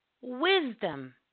Wisdom